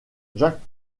jacques